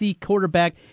quarterback